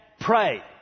pray